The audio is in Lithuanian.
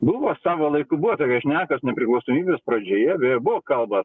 buvo savo laiku buvo tokios šnekos nepriklausomybės pradžioje ir buvo kalba